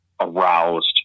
aroused